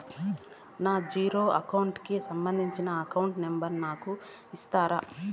నా zero account కి సంబంధించి అకౌంట్ నెంబర్ ను నాకు ఇస్తారా